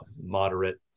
moderate